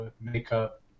makeup